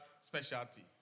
specialty